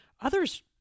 others